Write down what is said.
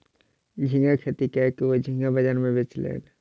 झींगा खेती कय के ओ झींगा बाजार में बेचलैन